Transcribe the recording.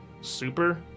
super